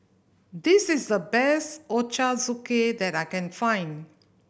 this is the best Ochazuke that I can find